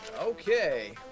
Okay